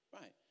Right